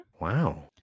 Wow